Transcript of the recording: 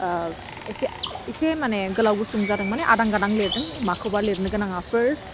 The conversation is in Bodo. एसे एसे माने गोलाव गुसुं जादों माने आदां गादां लिरदों माखौबा लिरनो गोनाङा फार्स्ट